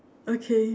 okay